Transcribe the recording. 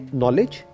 knowledge